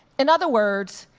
in other words,